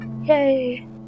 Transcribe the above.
Yay